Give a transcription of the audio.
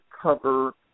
cover